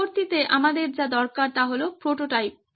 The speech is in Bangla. পরবর্তীতে আমাদের যা দরকার তা হল প্রোটোটাইপ